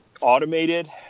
automated